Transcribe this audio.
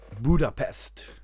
Budapest